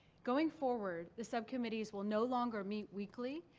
going forward, the subcommittees will no longer meet weekly,